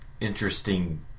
interesting